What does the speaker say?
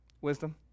Wisdom